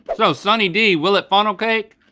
but so sunny d, will it funnel cake?